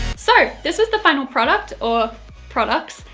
so this was the final product, or products,